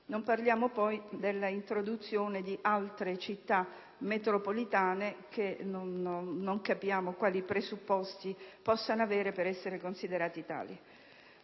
Non parliamo poi dell'introduzione di altre Città metropolitane che non capiamo quali presupposti possano avere per essere considerate tali.